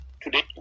today